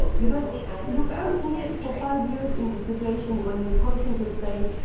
because you can't leave for five years in the situation when you constantly say,